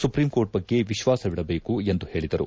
supreme court ಬಗ್ಗೆ ವಿಶ್ವಾಸವಿಡಬೇಕು ಎಂದು ಹೇಳಿದರು